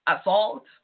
assault